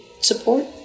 support